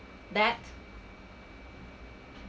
that